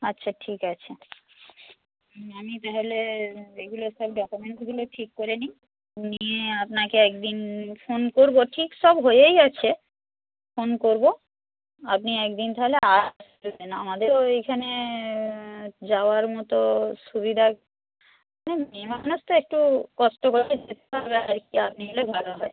আচ্ছা ঠিক আছে আমি তাহলে এগুলো সব ডকুমেন্টসগুলো ঠিক করে নিই নিয়ে আপনাকে একদিন ফোন করব ঠিক সব হয়েই আছে ফোন করব আপনি একদিন তাহলে আমাদের ওইখানে যাওয়ার মতো সুবিধা মেয়েমানুষ তো একটু কষ্ট যেতে হবে আর কি আপনি এলে ভালো হয়